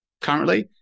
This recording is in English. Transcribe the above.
currently